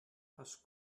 has